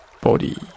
body